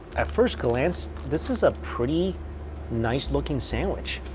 at first glance, this is a pretty nice-looking sandwich.